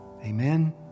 Amen